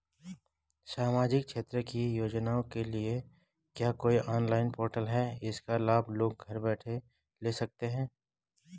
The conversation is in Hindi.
सामाजिक क्षेत्र की योजनाओं के लिए क्या कोई ऑनलाइन पोर्टल है इसका लाभ लोग घर बैठे ले सकते हैं?